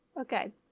Okay